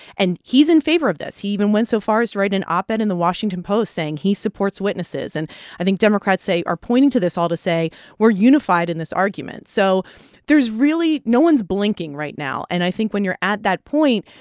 and he's in favor of this. he even went so far as write an op-ed in the washington post saying he supports witnesses. and i think democrats say are pointing to this all to say we're unified in this argument so there's really no one's blinking right now. and i think when you're at that point,